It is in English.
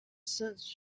since